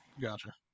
Gotcha